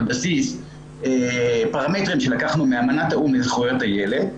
שזה על בסיס פרמטרים שלקחנו מאמנת האו"ם לזכויות הילד.